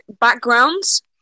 backgrounds